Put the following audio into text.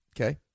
Okay